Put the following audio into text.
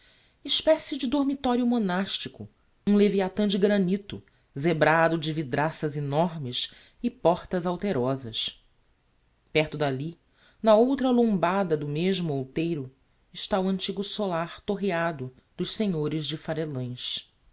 espécie de dormitorio monastico um leviathan de granito zebrado de vidraças enormes e portas alterosas perto d'alli na outra lombada do mesmo outeiro está o antigo solar torreado dos senhores de